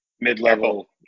mid-level